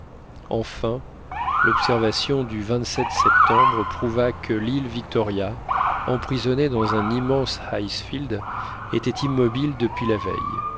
enfin l'observation du septembre prouva que l'île victoria emprisonnée dans un immense icefield était immobile depuis la veille